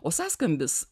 o sąskambis